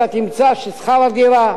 אתה תמצא ששכר הדירה,